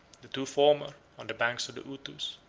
the two former, on the banks of the utus,